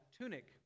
tunic